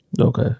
Okay